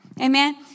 amen